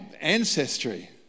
ancestry